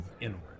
inward